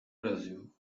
brasil